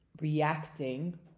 reacting